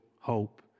hope